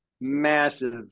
massive